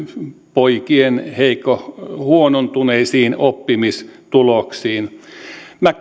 poikien huonontuneisiin oppimistuloksiin minä